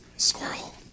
Squirrel